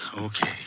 Okay